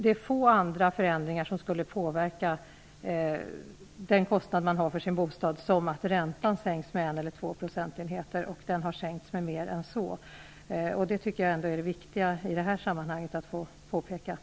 Det är få andra förändringar som påverkar den kostnad man har för sin bostad som att räntan sänks med en eller två procentenheter, och den har sänkts med mer än så. Det tycker jag ändå är viktigt att påpeka i detta sammanhang.